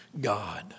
God